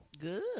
Good